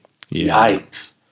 Yikes